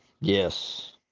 Yes